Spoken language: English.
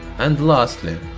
and lastly,